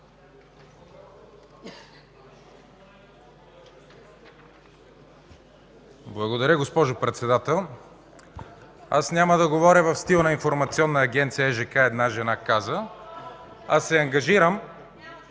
Благодаря, госпожо Председател. Няма да говоря в стил на информационна агенция ЕЖК – „Една жена каза”, а се ангажирам...